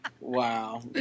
Wow